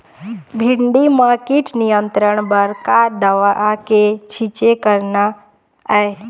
भिंडी म कीट नियंत्रण बर का दवा के छींचे करना ये?